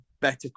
better